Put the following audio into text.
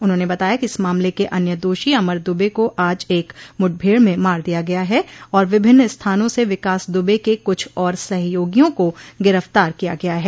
उन्होंने बताया कि इस मामले के अन्य दोषी अमर दुबे को आज एक मुठभेड़ में मार दिया गया है और विभिन्न स्थानों से विकास दुबे के कुछ और सहयोगियों को गिरफ्तार किया गया है